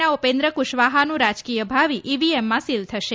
ના ઉપેન્દ્ર કુશવાહનું રાજકીય ભાવિ ઈવીએમમાં સીલ થશે